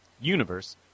Universe